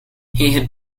had